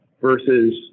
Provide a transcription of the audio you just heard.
versus